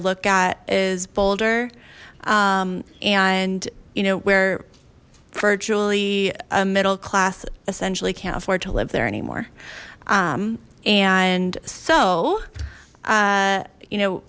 look at is bolder and you know we're virtually a middle class essentially can't afford to live there anymore and so you know